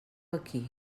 aquí